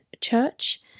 church